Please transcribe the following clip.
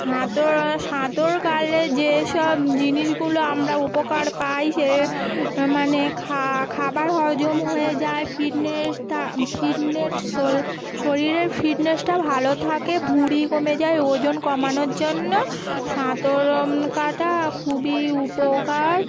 সাঁতর সাঁতার কাটলে যেসব জিনিসগুলো আমরা উপকার পাই সে মানে খাবার হজম হয়ে যায় ফিটনেস থা ফিটনেস সোল শরীরের ফিটনেসটা ভালো থাকে ভুঁড়ি কমে যায় ওজন কমানোর জন্য সাঁতার কাটা খুবই উপকার